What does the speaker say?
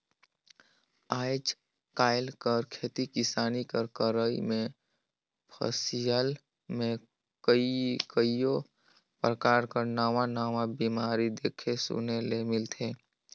आएज काएल कर खेती किसानी कर करई में फसिल में कइयो परकार कर नावा नावा बेमारी देखे सुने ले मिलथे